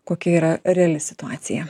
kokia yra reali situacija